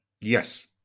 Yes